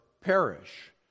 perish